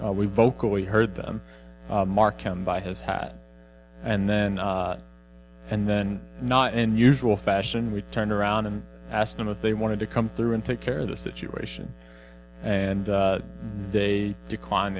us we vocally heard them mark him by his hat and then and then not in usual fashion we turned around and asked them if they wanted to come through and take care of the situation and they declined